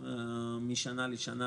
משנה לשנה,